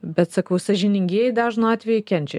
bet sakau sąžiningieji dažnu atveju kenčia